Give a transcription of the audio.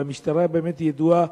המשטרה באמת ידועה,